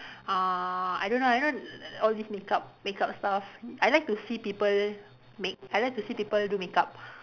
uh I don't know I know all this makeup makeup stuff I like to see people make I like to see people do makeup